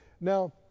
Now